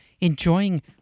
enjoying